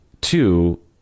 Two